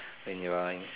when you are in